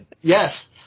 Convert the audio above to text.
Yes